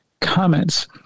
comments